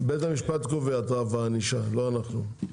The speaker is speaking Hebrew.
בית המשפט קובע את רף הענישה, לא אנחנו.